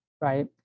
right